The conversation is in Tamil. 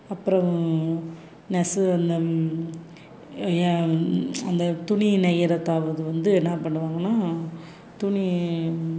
அப்புறம் நெசவு அந்த ஏ அந்த துணி நெய்கிறத்தாவுது வந்து என்ன பண்ணுவாங்கன்னா துணி